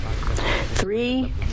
Three